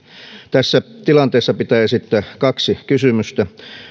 tässä tilanteessa pitää esittää kaksi kysymystä onko